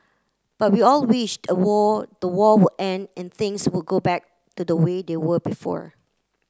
but we all wish a war the war would end and things would go back to the way they were before